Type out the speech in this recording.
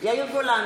בעד יאיר גולן,